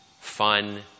fun